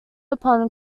upon